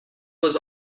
was